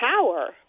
power